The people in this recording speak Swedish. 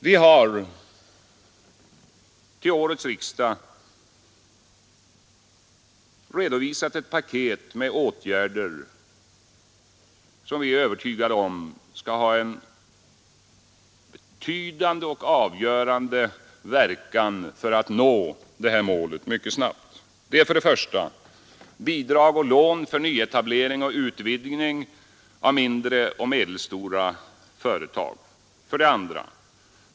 Vi har till årets riksdag redovisat ett paket med åtgärder som vi är övertygade om skall ha en betydande och avgörande verkan för att detta mål skall kunna nås mycket snabbt. Dessa åtgärder är: 2.